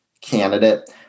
candidate